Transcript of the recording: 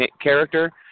character